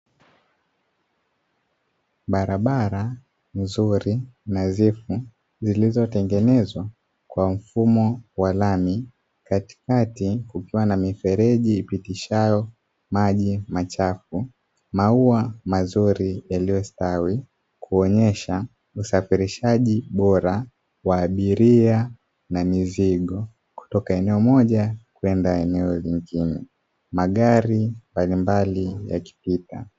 Barabara nzuri nadhifu zilizotengenezwa kwa mfumo wa lami katikati kukiwa na mifereji ipitishayo maji machafu. Maua mazuri yaliyostawi kuonyesha usafirishaji bora wa abiria na mizigo kutoka eneo moja kwenda eneo lingine, magari mbalimbali yakipita.